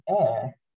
air